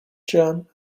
jam